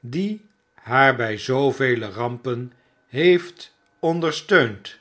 die haar bij zoovele rampen heeft ondersteund